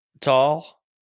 tall